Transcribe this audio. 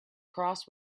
cross